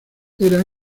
era